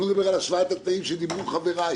אני לא מדבר על השוואת התנאים כמו שאמרו חבריי.